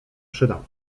przyda